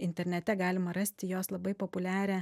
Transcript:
internete galima rasti jos labai populiarią